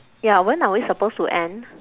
ya when are we supposed to end